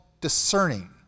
discerning